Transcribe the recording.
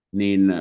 niin